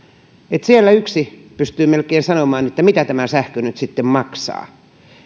siellä yksi pystyy melkein sanomaan mitä tämä sähkö nyt sitten maksaa